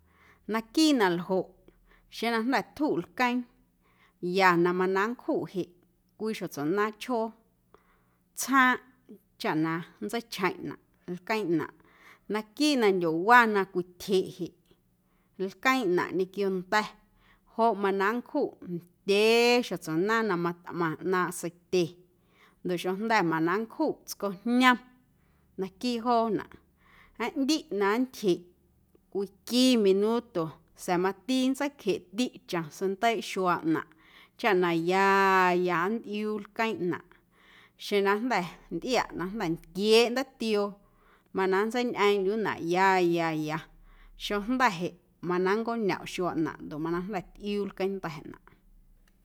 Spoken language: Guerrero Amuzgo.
Naquiiꞌ na ljoꞌ xeⁿ na jnda̱ tjuꞌ lqueeⁿ ya na mana nncjuꞌ jeꞌ cwii xjotsuaꞌnaaⁿchjoo tsjaaⁿꞌ chaꞌ na nntseichjeⁿꞌnaꞌ lqueeⁿꞌnaⁿꞌ naquiiꞌ na ndyowa na cwityjeꞌ jeꞌ lqueeⁿꞌnaⁿꞌñequio nda̱ joꞌ mana nncjuꞌ ndyee xjotsuaꞌnaaⁿ na matmaⁿ ꞌnaaⁿꞌ seitye ndoꞌ xeⁿjnda̱ mana nncjuꞌ tscojñom naquiiꞌ joonaꞌ aꞌndiꞌ na nntyjeꞌ cwii qui minuto sa̱a̱ mati nntseicjeꞌtiꞌ chom seindeiiꞌ xuaaꞌnaⁿꞌ chaꞌ na ya ya nntꞌiuu lqueeⁿꞌnaⁿꞌ xeⁿ na ntꞌiaꞌ na jnda̱ nntquieeꞌ ndaatioo mana nntseiñꞌeeⁿꞌndyunaꞌ ya ya xeⁿjnda̱ jeꞌ mana nncoñomꞌ xuaaꞌnaⁿꞌ ndoꞌ mana jnda̱ tꞌiuu lqueeⁿnda̱ꞌnaⁿꞌ.